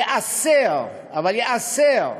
ייאסר, אבל ייאסר,